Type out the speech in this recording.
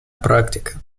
практика